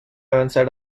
avanzar